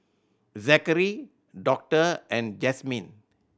Zackery Doctor and Jazmyn